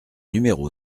numéro